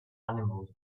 animals